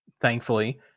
thankfully